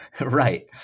right